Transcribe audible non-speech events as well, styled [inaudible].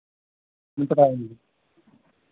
[unintelligible]